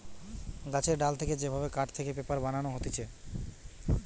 গাছের ডাল থেকে যে ভাবে কাঠ থেকে পেপার বানানো হতিছে